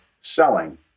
selling